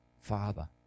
Father